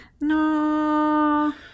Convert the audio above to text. no